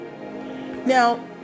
Now